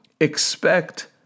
expect